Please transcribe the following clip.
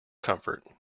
comfort